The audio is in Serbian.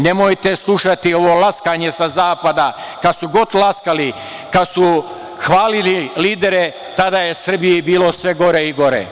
Nemojte slušati ovo laskanje sa zapada, kada su god laskali, kada su hvalili lidere tada je Srbiji bilo sve gore i gore.